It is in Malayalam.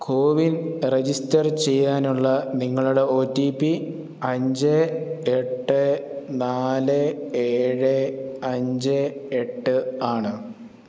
കോവിൻ രജിസ്റ്റർ ചെയ്യാനുള്ള നിങ്ങളുടെ ഒ ടി പി അഞ്ച് എട്ട് നാല് ഏഴ് അഞ്ച് എട്ട് ആണ്